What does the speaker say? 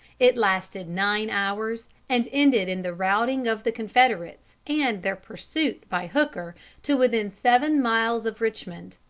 it lasted nine hours, and ended in the routing of the confederates and their pursuit by hooker to within seven miles of richmond.